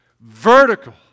Vertical